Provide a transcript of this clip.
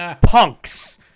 punks